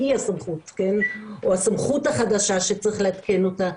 אי הסמכות, או הסמכות החדשה שצריך לעדכן אותה.